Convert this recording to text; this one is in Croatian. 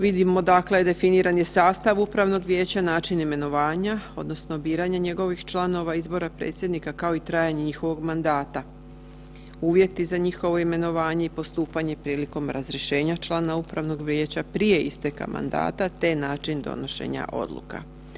Vidimo dakle definiran je sastav upravnog vijeća, način imenovanja odnosno biranje njegovih članova, izbora predsjednika kao i trajanje njihovog mandata, uvjeti za njihovo imenovanje i postupanje prilikom razrješenja člana upravnog vijeća prije isteka mandata te način donošenja odluka.